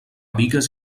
bigues